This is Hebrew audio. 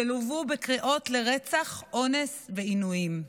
שלוו בקריאות לרצח, אונס ועינויים.